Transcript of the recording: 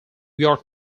york